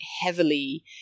heavily